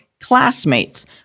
classmates